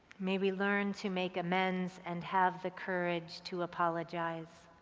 may we learn to make amends and have the courage to apologize.